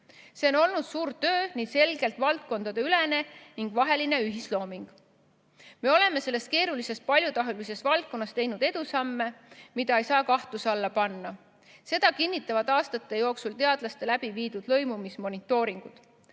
See on olnud suur töö ning selgelt valdkondadeülene ning ‑vaheline ühislooming. Me oleme selles keerulises paljutahulises valdkonnas teinud edusamme, mida ei saa kahtluse alla panna. Seda kinnitavad aastate jooksul teadlaste läbiviidud lõimumismonitooringud.